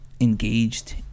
engaged